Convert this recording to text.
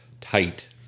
tight